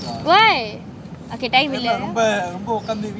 why okay time இல்ல:illa